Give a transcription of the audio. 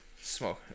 smoke